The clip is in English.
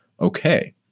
okay